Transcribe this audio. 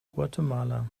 guatemala